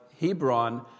Hebron